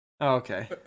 okay